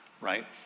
right